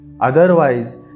Otherwise